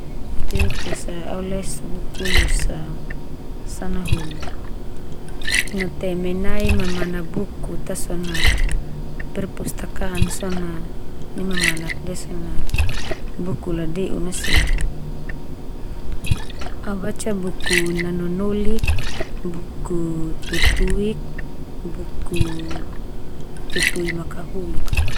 Teuk esa au les buku losa sanahulu. Nateme nai mamana buku ta so na perpustakaan so na, nai mamanak ndia so na buku la de'un na seli. Au baca buku nanonolik, buku tutuik, buku tutui makahuluk al.